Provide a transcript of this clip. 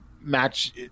match